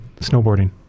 snowboarding